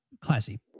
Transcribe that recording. classy